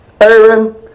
Aaron